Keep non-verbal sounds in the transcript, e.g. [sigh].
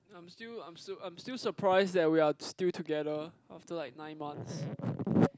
I'm still I'm still I'm still surprised that we are still together after like nine months [noise]